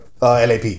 LAP